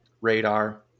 radar